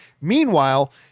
Meanwhile